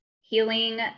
healing